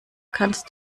kannst